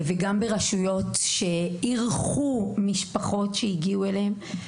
וגם ברשויות שאירחו משפחות שהגיעו אליהן.